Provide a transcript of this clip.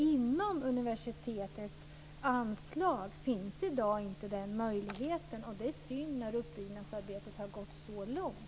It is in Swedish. Inom universitetets anslag finns i dag inte den möjligheten, och det är synd när uppbyggnadsarbetet har gått så långt.